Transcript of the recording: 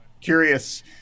curious